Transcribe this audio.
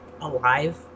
alive